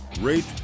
rate